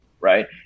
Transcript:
right